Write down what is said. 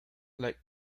like